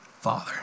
father